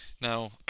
Now